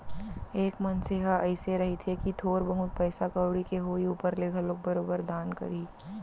एक मनसे ह अइसे रहिथे कि थोर बहुत पइसा कउड़ी के होय ऊपर ले घलोक बरोबर दान करही